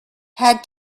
had